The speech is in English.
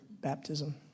baptism